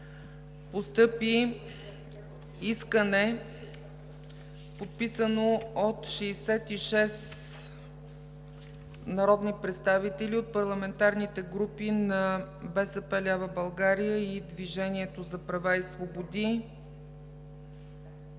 постъпи искане, подписано от 66 народни представители от Парламентарните групи на БСП лява България и Движението за права и свободи...